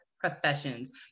professions